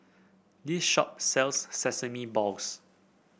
this shop sells Sesame Balls